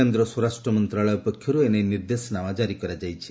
କେନ୍ଦ୍ର ସ୍ୱରାଷ୍ଟ୍ର ମନ୍ତ୍ରଣାଳୟ ପକ୍ଷର୍ ଏନେଇ ନିର୍ଦ୍ଦେଶନାମା ଜାରି କରାଯାଇଛି